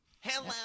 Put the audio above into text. Hello